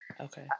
okay